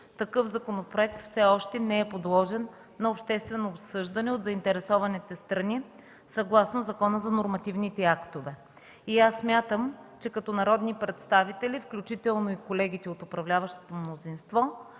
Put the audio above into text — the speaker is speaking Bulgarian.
Такъв законопроект все още не е подложен на обществено обсъждане от заинтересованите страни съгласно Закона за нормативните актове. Смятам, че като народни представители, включително и колегите от управляващото мнозинство,